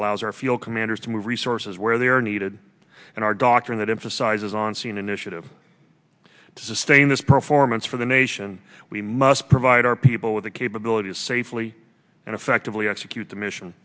allows our field commanders to move resources where they are needed and our doctrine that emphasizes on scene initiative to sustain this performance for the navy and we must provide our people with the capability to safely and effectively execute the mission